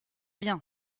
bien